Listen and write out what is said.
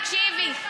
תקשיבי.